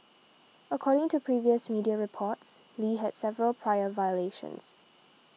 according to previous media reports Lee had several prior violations